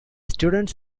students